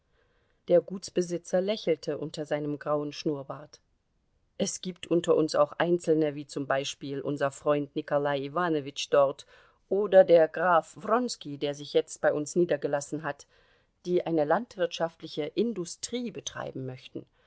der gutsbesitzer lächelte unter seinem grauen schnurrbart es gibt unter uns auch einzelne wie zum beispiel unser freund nikolai iwanowitsch dort oder der graf wronski der sich jetzt bei uns niedergelassen hat die eine landwirtschaftliche industrie betreiben möchten